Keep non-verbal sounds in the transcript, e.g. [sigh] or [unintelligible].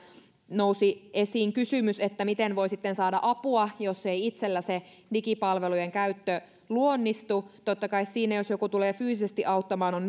nousi esiin kysymys miten voi sitten saada apua jos ei itsellä se digipalvelujen käyttö luonnistu totta kai siinä jos joku tulee fyysisesti auttamaan on [unintelligible]